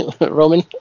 Roman